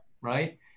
right